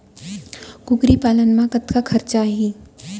कुकरी पालन म कतका खरचा आही?